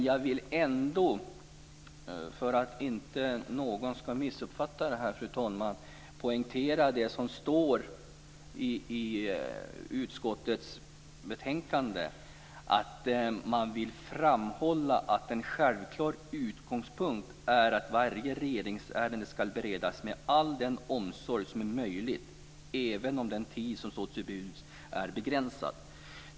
Jag vill ändå, för att inte någon skall missuppfatta detta, poängtera det som står i utskottets betänkande, att man vill framhålla att en självklar utgångspunkt är att varje regeringsärende skall beredas med all den omsorg som är möjlig, även om den tid som står till buds är begränsad.